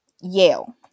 Yale